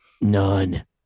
none